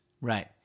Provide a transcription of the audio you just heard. Right